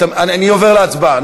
אני עובר להצבעה,